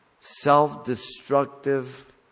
self-destructive